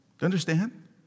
understand